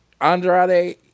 Andrade